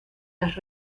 las